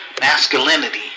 masculinity